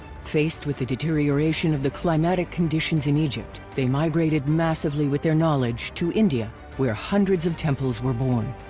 faced with the deterioration of the climatic conditions in egypt, they migrated massively with their knowledge to india, where hundreds of temples were born.